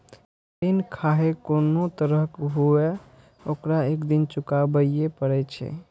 ऋण खाहे कोनो तरहक हुअय, ओकरा एक दिन चुकाबैये पड़ै छै